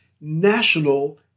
national